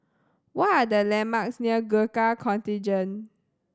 what are the landmarks near Gurkha Contingent